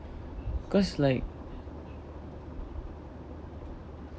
cause like